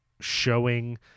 showing